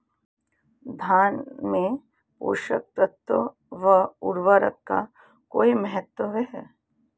धान में पोषक तत्वों व उर्वरक का कोई महत्व है?